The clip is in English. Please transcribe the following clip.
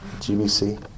GBC